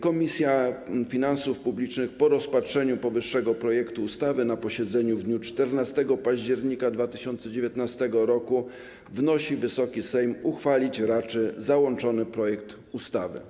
Komisja Finansów Publicznych po rozpatrzeniu powyższego projektu ustawy na posiedzeniu w dniu 14 października 2019 r. wnosi, by Wysoki Sejm raczył uchwalić załączony projekt ustawy.